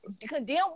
condemn